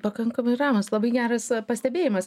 pakankamai ramūs labai geras pastebėjimas